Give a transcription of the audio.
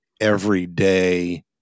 everyday